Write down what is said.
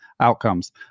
outcomes